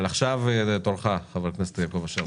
אבל עכשיו תורך, חבר הכנסת יעקב אשר.